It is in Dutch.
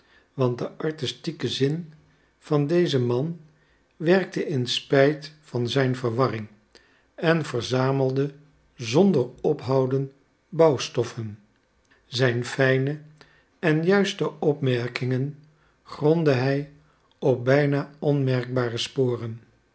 want de artistieke zin van dezen man werkte in spijt van zijn verwarring en verzamelde zonder ophouden bouwstoffen zijn fijne en juiste opmerkingen grondde hij op bijna onmerkbare sporen